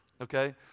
okay